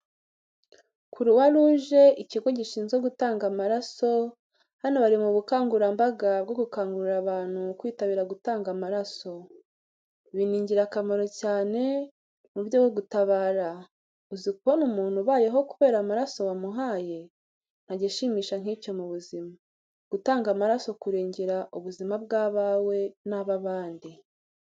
Kuruwaruje ikigo gishinzwe gutanga amaraso, hano bari mu bukangurambaga bwo gukangurira abantu kwitabira gutanga amaraso. ibi ni ingirakamaro cyane, n'uburyo bwo gutabara, uzi kubona umuntu abayeho kubera amaraso wamuhaye, nta gishimisha nk'icyo mu buzima, gutanga amaraso, kurengera ubuzima bw'abawe n'ababandi.